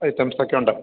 items ഒക്കെ ഉണ്ട്